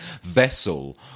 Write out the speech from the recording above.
vessel